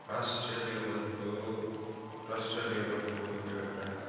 राष्ट्र लेबलको राष्ट्र लेबलको एउटा